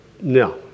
No